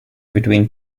between